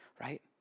Right